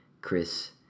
Chris